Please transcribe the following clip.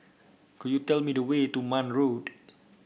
could you tell me the way to Marne Road